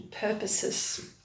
purposes